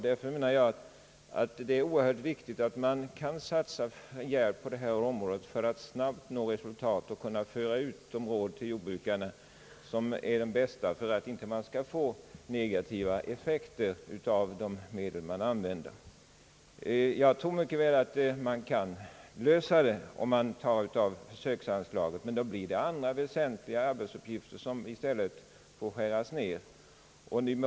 Därför menar jag att det är viktigt att man kan satsa djärvt på detta område för att snabbt nå resultat och kunna föra ut de råd till jordbrukarna som är de bästa, så att man inte skall få negativa effekter av de medel man använder. Jag tror att man mycket väl kan lösa detta problem om man tar pengar från försöksanslaget, men då blir det andra väsentliga arbetsuppgifter som i stället får skäras ned.